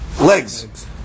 legs